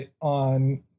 on